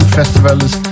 festivals